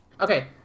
Okay